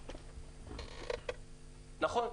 נכון,